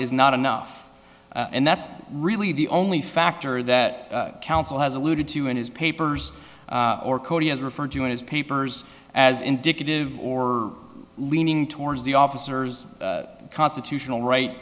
is not enough and that's really the only factor that counsel has alluded to in his papers or code he has referred to in his papers as indicative or leaning towards the officers constitutional right